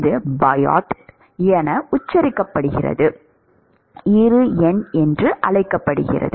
இது பயோட் என உச்சரிக்கப்படுகிறது இரு எண் என்று அழைக்கப்படுகிறது